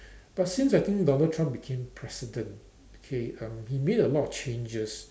but since I think Donald-Trump became president K um he made a lot of changes